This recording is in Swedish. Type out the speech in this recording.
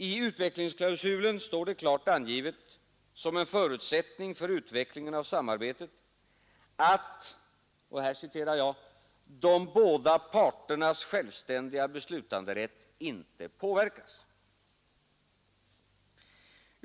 I utvecklingsklausulen står det klart angivet som en förutsättning för utvecklingen av samarbetet ”att de båda parternas självständiga beslutanderätt icke påverkas”.